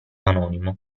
anonimo